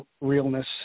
realness